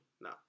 No